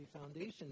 foundation